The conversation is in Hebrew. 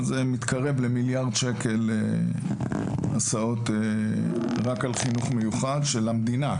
זה מתקרב למיליארד שקל הסעות רק על חינוך מיוחד של המדינה,